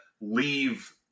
leave